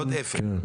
עוד אפס.